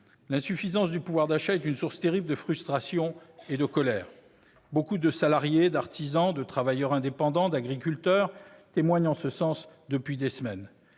L'insuffisance du pouvoir d'achat est une source terrible de frustration et de colère. Beaucoup de salariés, d'artisans, de travailleurs indépendants, d'agriculteurs témoignent en ce sens depuis des semaines.